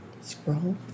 Scroll